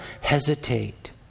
hesitate